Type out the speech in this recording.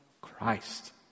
Christ